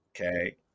okay